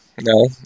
No